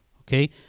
Okay